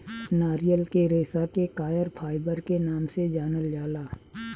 नारियल के रेशा के कॉयर फाइबर के नाम से जानल जाला